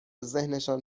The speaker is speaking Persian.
ذهنشان